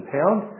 Pound